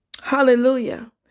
Hallelujah